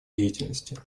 деятельности